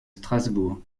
strasbourg